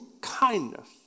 kindness